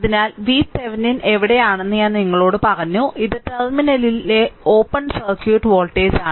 അതിനാൽ VThevenin എവിടെയാണെന്ന് ഞാൻ നിങ്ങളോട് പറഞ്ഞു ഇത് ടെർമിനലിലെ ഓപ്പൺ സർക്യൂട്ട് വോൾട്ടേജാണ്